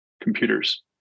computers